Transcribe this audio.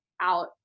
out